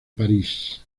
parís